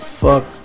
fuck